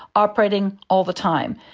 operating all the time.